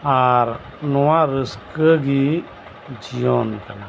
ᱟᱨ ᱱᱚᱣᱟ ᱨᱟᱹᱥᱠᱟᱹ ᱜᱮ ᱡᱤᱭᱚᱱ ᱠᱟᱱᱟ